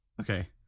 Okay